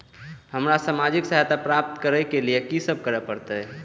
हमरा सामाजिक सहायता प्राप्त करय के लिए की सब करे परतै?